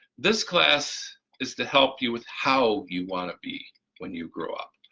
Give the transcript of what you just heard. this class is to help you with how you want to be when you grow up,